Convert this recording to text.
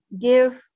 give